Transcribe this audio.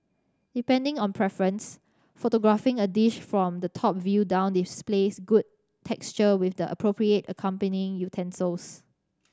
depending on preference photographing a dish from the top view down displays good texture with the appropriate accompanying utensils